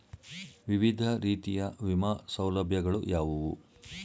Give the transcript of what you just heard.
ವಿವಿಧ ರೀತಿಯ ವಿಮಾ ಸೌಲಭ್ಯಗಳು ಯಾವುವು?